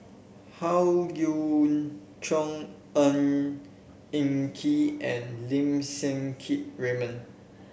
Howe Yoon Chong Ng Eng Kee and Lim Siang Keat Raymond